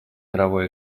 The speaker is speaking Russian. мировой